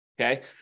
okay